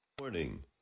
Morning